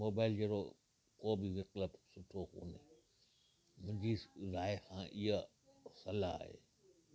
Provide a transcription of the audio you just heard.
mobile जहिड़ो को बि विकल्पु सुठो कोन्हे मुंहिंजी राइ खां हीअ सलाहु आहे